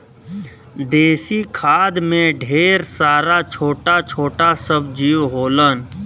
देसी खाद में ढेर सारा छोटा छोटा सब जीव होलन